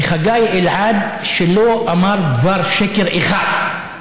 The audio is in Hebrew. וחגי אלעד, שלא אמר דבר שקר אחד.